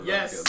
Yes